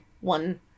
one